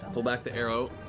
pull back the arrow,